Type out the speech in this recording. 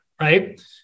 right